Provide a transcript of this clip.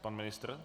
Pan ministr?